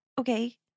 okay